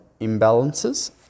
imbalances